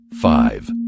five